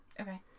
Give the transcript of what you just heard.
Okay